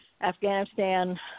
Afghanistan